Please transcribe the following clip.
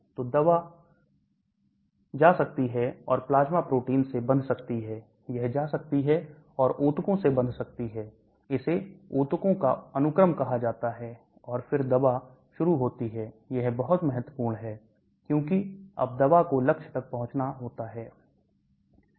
तो दवा जा सकती है और प्लाजमा प्रोटीन से बंध सकती है यह जा सकती है और ऊतकों से बंध सकती है इसे ऊतकों का अनुक्रम कहा जाता है और फिर दवा शुरू होती है यह बहुत महत्वपूर्ण है क्योंकि अब दवा को लक्ष्य तक पहुंचना होता है